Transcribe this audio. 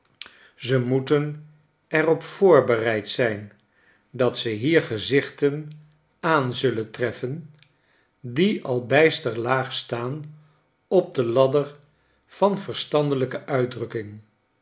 ze moeten er op voorbereid zijn dat ze hier gezichten aan zullen treffen die al buster jaag staan op de ladder van verstandelijke uitdrukking